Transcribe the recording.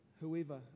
Whoever